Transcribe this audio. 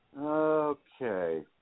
Okay